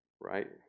Right